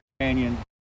Canyon